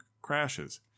crashes